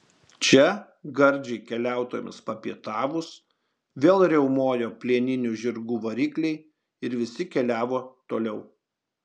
čia gardžiai keliautojams papietavus vėl riaumojo plieninių žirgų varikliai ir visi keliavo toliau